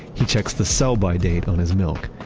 he checks the sell-by date on his milk.